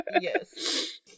Yes